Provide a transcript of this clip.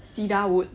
cedar wood